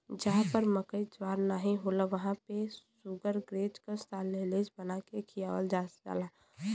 जहां पर मकई ज्वार नाहीं होला वहां पे शुगरग्रेज के साल्लेज बना के खियावल जा सकला